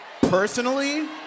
Personally